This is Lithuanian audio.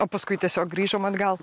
o paskui tiesiog grįžom atgal